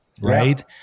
right